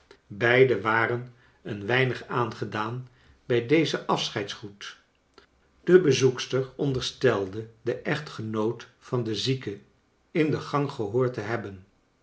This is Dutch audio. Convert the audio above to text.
beiden waren een weinig aangedaan bij dezen afscheidsgroet de be zoekster onderstelde den echtgenoot van de zieke in de gang gehoord te hebben